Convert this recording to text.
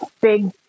big